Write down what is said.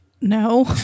No